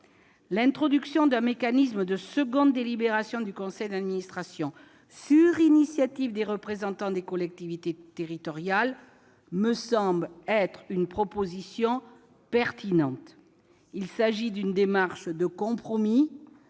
L'introduction d'un mécanisme de seconde délibération du conseil d'administration, mis en jeu sur l'initiative des représentants des collectivités territoriales, me semble être une proposition pertinente. Il s'agit d'une démarche de compromis,